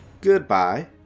Goodbye